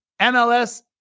MLS